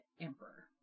emperor